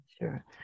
Sure